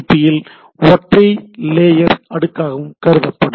B யில் ஒற்றை layer அடுக்காகவும் கருதப்படும்